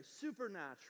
supernatural